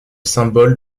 symbole